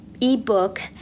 ebook